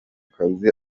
kazi